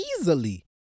easily